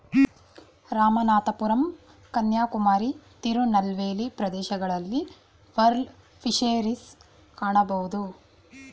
ರಾಮನಾಥಪುರಂ ಕನ್ಯಾಕುಮಾರಿ, ತಿರುನಲ್ವೇಲಿ ಪ್ರದೇಶಗಳಲ್ಲಿ pearl fisheries ಕಾಣಬೋದು